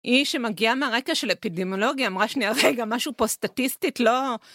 היא שמגיעה מהרקע של אפידמולוגיה, אמרה, שנייה רגע, משהו פה סטטיסטית, לא...